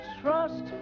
trust